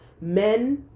men